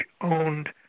owned